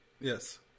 Yes